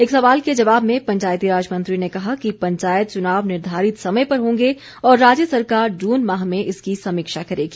एक सवाल के जवाब में पंचायती राज मंत्री ने कहा कि पंचायत च्नाव निर्धारित समय पर होंगे और राज्य सरकार जून माह में इसकी समीक्षा करेगी